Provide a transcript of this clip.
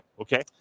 okay